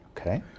Okay